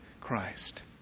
Christ